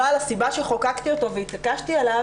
אבל הסיבה שחוקקתי אותו והתעקשתי עליו